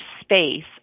space